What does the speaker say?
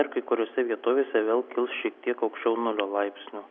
ir kai kuriose vietovėse vėl kils šiek tiek aukščiau nulio laipsnių